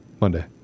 Monday